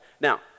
Now